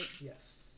Yes